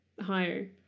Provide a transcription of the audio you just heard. Higher